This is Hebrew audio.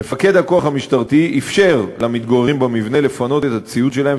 מפקד הכוח המשטרתי אפשר למתגוררים במבנה לפנות את הציוד שלהם,